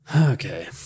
Okay